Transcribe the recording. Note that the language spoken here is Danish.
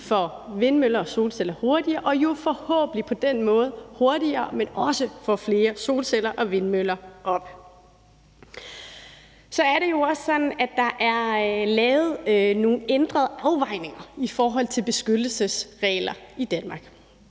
for vindmøller og solceller hurtigere og jo forhåbentlig på den måde får det hurtigere, men også får flere solceller og vindmøller op. Så er det jo også sådan, at der er lavet nogle ændrede afvejninger i forhold til beskyttelsesregler i Danmark,